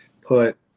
put